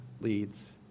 leads